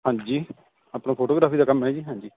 ਹਾਂਜੀ ਆਪਣਾ ਫੋਟੋਗਰਾਫੀ ਦਾ ਕੰਮ ਹੈ ਜੀ ਹਾਂਜੀ